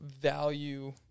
value